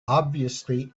obviously